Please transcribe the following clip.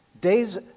days